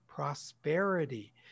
prosperity